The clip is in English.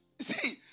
See